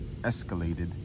escalated